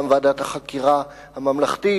גם ועדת החקירה הממלכתית,